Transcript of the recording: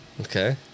Okay